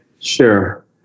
Sure